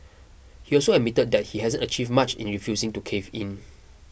he also admitted that he hasn't achieved much in refusing to cave in